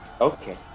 Okay